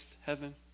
heaven